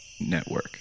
Network